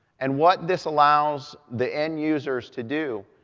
and what this allows the end users to do,